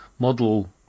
model